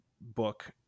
book